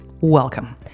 Welcome